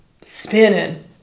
spinning